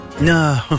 No